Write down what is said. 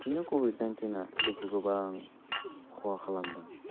बिदिनो कभिड नाइन्टिना जोंखौ गोबां खहा खालामदों